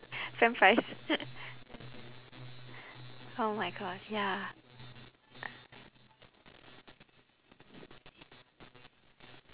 french fries oh my god ya